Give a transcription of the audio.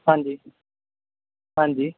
ਹਾਂਜੀ ਹਾਂਜੀ